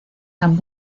han